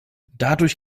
dadurch